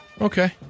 Okay